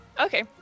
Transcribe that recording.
Okay